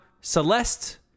Celeste